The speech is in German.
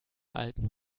alten